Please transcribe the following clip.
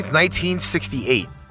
1968